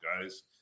guys